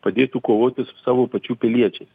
padėtų kovoti su savo pačių piliečiais